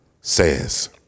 says